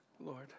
Lord